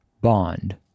Bond